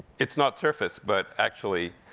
it's not surface, but actually,